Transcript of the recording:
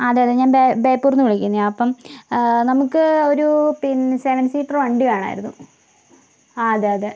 അതെയതേ ഞാൻ ബേപ്പൂരിൽ നിന്ന് വിളിക്കുന്നതാ അപ്പോൾ നമുക്ക് ഒരു പിന്നെ സെവെൻ സീറ്റർ വണ്ടി വേണമായിരുന്നു ഹാ അതെ അതെ